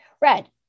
Red